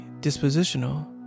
dispositional